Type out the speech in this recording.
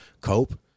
cope